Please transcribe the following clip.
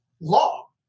law